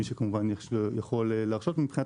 למי שכמובן יכול להרשות לעצמו מבחינת